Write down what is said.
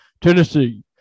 Tennessee